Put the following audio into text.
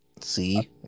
See